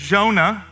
Jonah